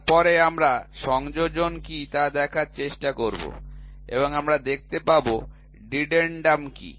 তারপরে আমরা সংযোজন কী তা দেখার চেষ্টা করব এবং আমরা দেখতে পাবো ডিডেন্ডাম কী